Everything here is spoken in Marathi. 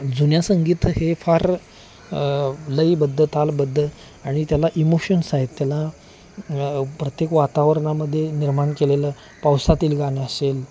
जुन्या संगीत हे फार लयबद्ध तालबद्ध आणि त्याला इमोशन्स आहेत त्याला प्रत्येक वातावरणामध्ये निर्माण केलेलं पावसातील गाणं असेल